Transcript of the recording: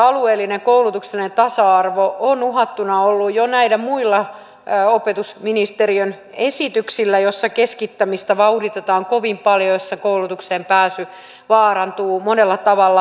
alueellinen koulutuksellinen tasa arvo on uhattuna ollut jo näillä muilla opetusministeriön esityksillä joissa keskittämistä vauhditetaan kovin paljon ja joissa koulutukseen pääsy vaarantuu monella tavalla